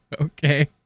okay